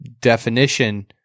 definition